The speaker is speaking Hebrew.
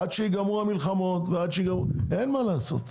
עד שיגמרו המלחמות ועד שיגמרו --- אין מה לעשות.